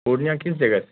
پورنیہ کس جگہ سے